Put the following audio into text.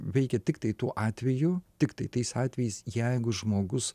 veikia tiktai tuo atveju tiktai tais atvejais jeigu žmogus